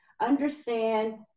Understand